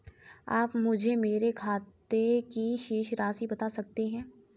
आप मुझे मेरे खाते की शेष राशि बता सकते हैं?